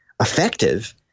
effective